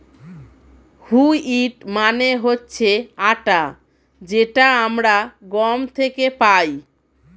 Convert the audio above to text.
wheat মানে হচ্ছে আটা যেটা আমরা গম থেকে পাই